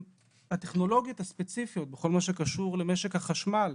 הטכנולוגיות הספציפיות בכל מה שקשור למשק החשמל,